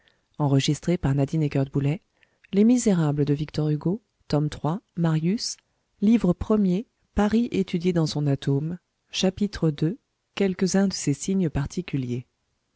livre premier paris étudié dans son atome chapitre i parvulus chapitre ii quelques-uns de ses signes particuliers